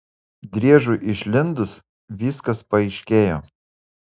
driežui išlindus viskas paaiškėjo